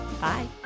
Bye